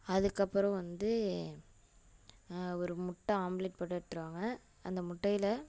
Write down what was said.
அதுக்கப்புறம் வந்து ஒரு முட்டை ஆம்ப்லேட் போட்டு எடுத்துரு வாங்க அந்த முட்டையில்